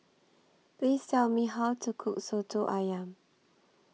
Please Tell Me How to Cook Soto Ayam